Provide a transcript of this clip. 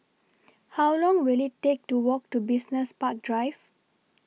How Long Will IT Take to Walk to Business Park Drive